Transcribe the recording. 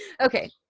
okay